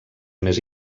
més